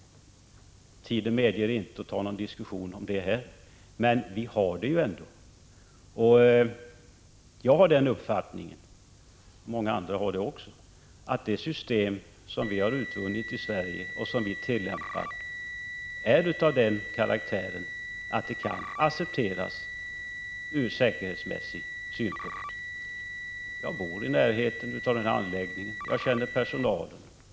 Tiden medger inte någon diskussion om avfallet, men det finns ändå. Jag, och många andra, har den uppfattningen att det system som vi tillämpar i Sverige är av den karaktären att det kan accepteras ur säkerhetsmässiga synpunkter. Jag bor i närheten av den aktuella anläggningen. Jag känner personalen.